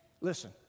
Listen